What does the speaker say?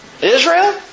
Israel